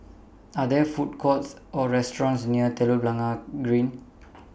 Are There Food Courts Or restaurants near Telok Blangah Green